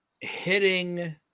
hitting